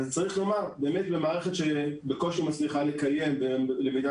צריך לומר: במערכת שבקושי מצליחה לקיים למידה